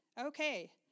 okay